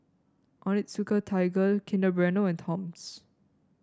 Onitsuka Tiger Kinder Bueno and Toms